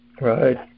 Right